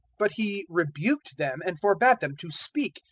but he rebuked them and forbad them to speak,